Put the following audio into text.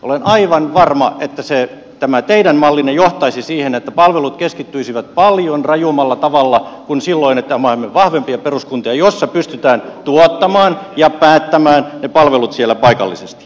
olen aivan varma että tämä teidän mallinne johtaisi siihen että palvelut keskittyisivät paljon rajummalla tavalla kuin silloin kun on vahvempia peruskuntia joissa pystytään tuottamaan ne palvelut ja päättämään niistä siellä paikallisesti